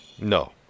No